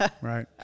Right